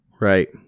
Right